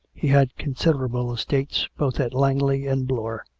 he had considerable estates, both at langley and blore,